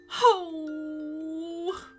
Oh